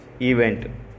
event